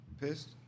Pissed